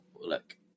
Look